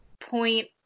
point